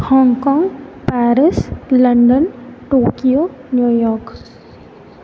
Hong Kong Paris London Tokyo New York